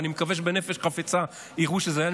ואני מקווה שבנפש חפצה יראו שזה היה,